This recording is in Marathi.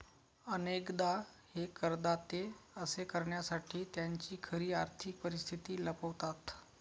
अनेकदा हे करदाते असे करण्यासाठी त्यांची खरी आर्थिक परिस्थिती लपवतात